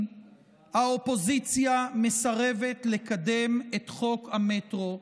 האופוזיציה מסרבת לקדם את חוק המטרו,